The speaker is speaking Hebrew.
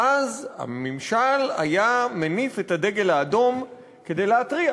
ואז הממשל היה מניף את הדגל האדום כדי להתריע